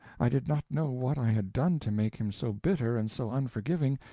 i did not know what i had done to make him so bitter and so unforgiving,